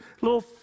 little